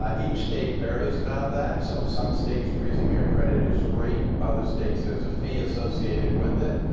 um each state varies about that. so some states, freezing your credit is free. other states, there's a fee associated with it,